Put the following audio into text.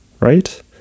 right